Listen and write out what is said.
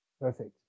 Perfect